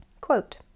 Quote